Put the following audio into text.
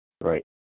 Right